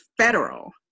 federal